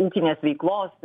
ūkinės veiklos